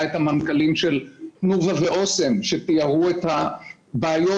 את המנכ"לים של תנובה ואוסם שתיארו את הבעיות